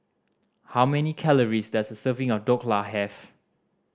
how many calories does a serving of Dhokla have